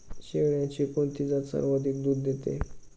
शेळ्यांची कोणती जात सर्वाधिक दूध देते?